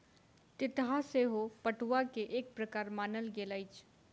तितहा सेहो पटुआ के एक प्रकार मानल गेल अछि